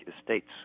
estates